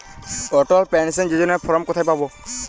অটল pension যোজনার form কোথায় পাওয়া যাবে?